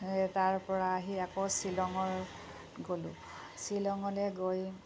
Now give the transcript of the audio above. এই তাৰপৰা আহি আকৌ শ্বিলঙৰ গ'লোঁ শ্বিলঙলৈ গৈ